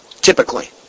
Typically